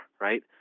right